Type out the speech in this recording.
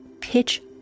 pitch